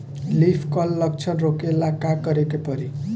Leaf curl लक्षण रोकेला का करे के परी?